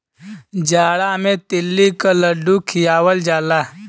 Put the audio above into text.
जाड़ा मे तिल्ली क लड्डू खियावल जाला